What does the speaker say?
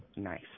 nice